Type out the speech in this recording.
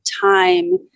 time